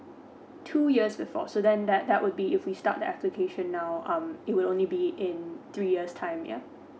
two years before so then that that would be if we start the application now um it will only be in three years time ya